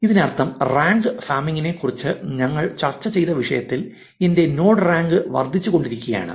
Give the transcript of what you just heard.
ഇതിനർത്ഥം ലിങ്ക് ഫാമിംഗിനെക്കുറിച്ച് ഞങ്ങൾ ചർച്ച ചെയ്ത വിഷയത്തിൽ എന്റെ നോഡ് റാങ്ക് വർദ്ധിച്ചുകൊണ്ടിരിക്കുകയാണ്